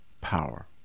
power